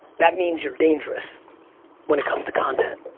that means your dangerous when it comes to content.